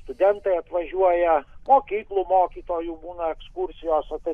ar tai studentai atvažiuoja mokyklų mokytojų būna ekskursijos o tai